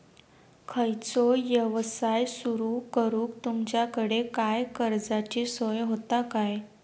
खयचो यवसाय सुरू करूक तुमच्याकडे काय कर्जाची सोय होता काय?